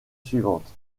suivante